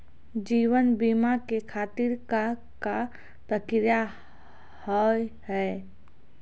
जीवन बीमा के खातिर का का प्रक्रिया हाव हाय?